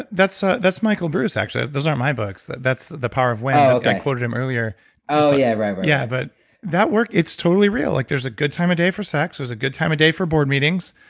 that's ah that's michael breus, actually. those aren't my books, that's the power of when oh, okay i quoted him earlier oh, yeah right, right, right yeah, but that work, it's totally real. like there's a good time of day for sex, there's a good time of day for board meetings,